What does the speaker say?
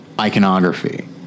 iconography